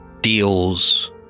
deals